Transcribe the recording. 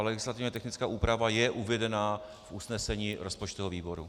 Legislativně technická úprava je uvedena v usnesení rozpočtového výboru.